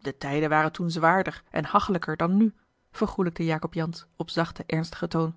de tijden waren toen zwaarder en hachelijker dan nu vergoelijkte jacob jansz op zachten ernstigen toon